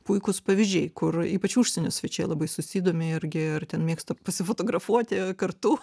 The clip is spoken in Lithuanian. puikūs pavyzdžiai kur ypač užsienio svečiai labai susidomi irgi ir ten mėgsta pasifotografuoti kartu